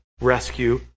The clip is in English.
rescue